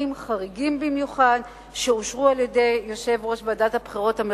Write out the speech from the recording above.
חריגים במיוחד שאושרו על-ידי יושב-ראש ועדת הבחירות המרכזית,